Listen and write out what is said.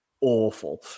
Awful